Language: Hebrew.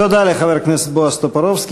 תודה לחבר הכנסת בועז טופורובסקי.